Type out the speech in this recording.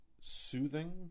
soothing